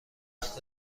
دوست